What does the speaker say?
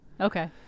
Okay